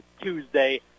Tuesday